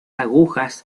agujas